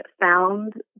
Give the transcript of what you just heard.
found